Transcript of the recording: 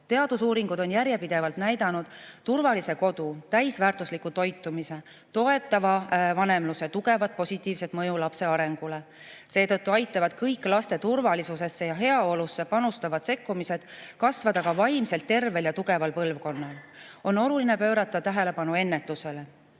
Teadusuuringud on järjepidevalt näidanud turvalise kodu, täisväärtusliku toitumise, toetava vanemluse tugevat positiivset mõju lapse arengule. Seetõttu aitavad kõik laste turvalisusesse ja heaolusse panustavad sekkumised kasvada ka vaimselt tervel ja tugeval põlvkonnal. On oluline pöörata tähelepanu ennetusele.